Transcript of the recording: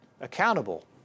accountable